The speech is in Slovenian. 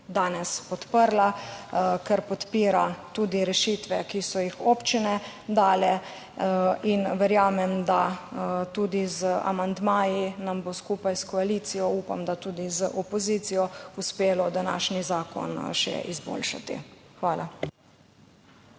danes podprla, ker podpira tudi rešitve, ki so jih dale občine. Verjamem, da nam bo tudi z amandmaji skupaj s koalicijo, upam, da tudi z opozicijo, uspelo današnji zakon še izboljšati. Hvala.